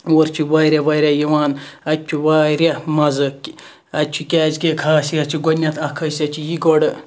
اور چھِ واریاہ واریاہ یِوان اَتہِ چھُ واریاہ مَزٕ اَتہِ چھُ کیاز کہ خاصیَت چھِ گۄڈنیتھ اکھ خٲصیَت چھِ یہِ گۄڈٕ